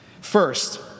First